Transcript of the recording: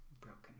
broken